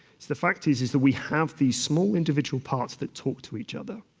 the fact is is that we have these small individual parts that talk to each other.